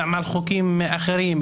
גם על חוקים אחרים,